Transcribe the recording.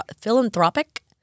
philanthropic